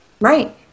right